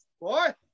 boy